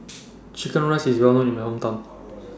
Chicken Rice IS Well known in My Hometown